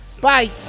Bye